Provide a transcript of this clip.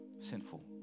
sinful